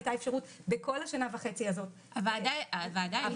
הייתה אפשרות במשך כל השנה וחצי הזאת -- הוועדה היא